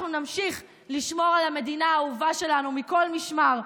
אנחנו נמשיך לשמור על המדינה האהובה שלנו מכל משמר.